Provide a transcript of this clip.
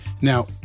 Now